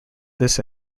this